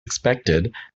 expected